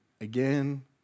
again